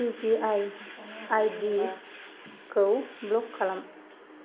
U P I आइडिखौ block खालाम